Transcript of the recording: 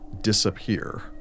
disappear